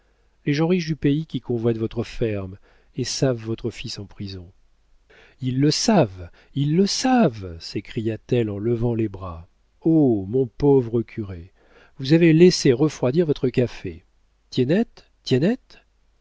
les gens riches du pays qui convoitent votre ferme et savent votre fils en prison ils le savent ils le savent s'écria-t-elle en levant les bras oh mon pauvre curé vous avez laissé refroidir votre café tiennette tiennette